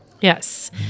Yes